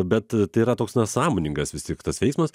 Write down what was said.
bet tai yra toks na sąmoningas vis tik tas veiksmas